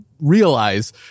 realize